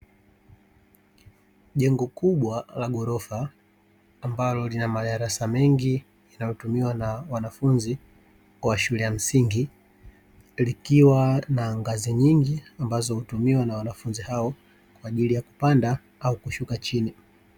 Jengo kubwa la ghorofa ambalo lina madarasa mengi yanayotumiwa na wanafunzi wa shule ya msingi, likiwa na ngazi nyingi ambazo hutumiwa na wanafunzi hao kwaajili ya kupanda au kushuka chini.